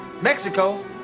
Mexico